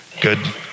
good